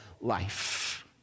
Life